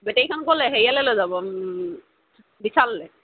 বেটেৰীখন ক'লৈ হেৰিয়ালৈ লৈ যাব বিশাললৈ